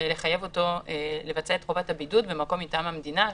סמך חוות דעת אפידמיולוגית מטעם משרד הבריאות,